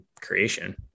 creation